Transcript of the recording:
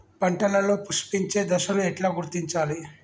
పంటలలో పుష్పించే దశను ఎట్లా గుర్తించాలి?